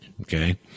okay